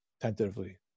tentatively